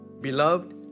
Beloved